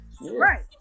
right